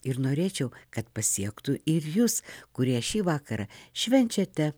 ir norėčiau kad pasiektų ir jus kurie šį vakarą švenčiate